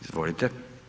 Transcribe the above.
Izvolite.